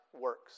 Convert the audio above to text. works